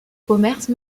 commerce